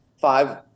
five